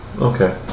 Okay